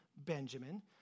Benjamin